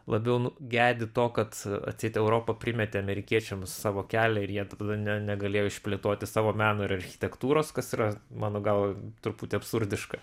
labiau gedi to kad atseit europa primetė amerikiečiams savo kelią ir jie tada ne negalėjo išplėtoti savo meno ir architektūros kas yra mano gal truputį absurdiška